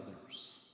others